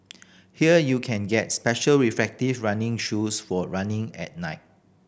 here you can get special reflective running shoes for running at night